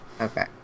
Okay